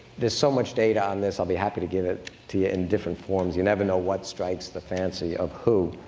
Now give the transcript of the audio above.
there's so much data on this, i'll be happy to give it to you in different forms. you never know what strikes the fancy of whom,